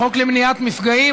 החוק למניעת מפגעים,